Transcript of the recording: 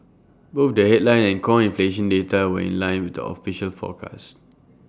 both the headline and core inflation data were in line with the official forecast